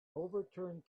overturned